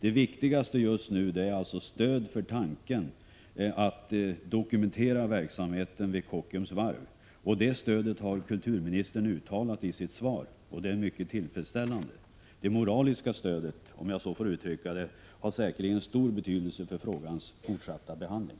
Det viktigaste just nu är stöd för tanken att dokumentera verksamheten vid Kockums varv, och det stödet har kulturministern uttalat i sitt svar. Det är mycket tillfredsställande. Det moraliska stödet, om jag så får uttrycka det, har säkerligen stor betydelse för frågans fortsatta behandling.